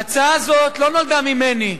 ההצעה הזאת לא נולדה ממני.